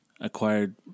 acquired